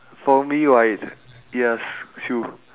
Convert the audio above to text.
for me right yes true